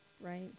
right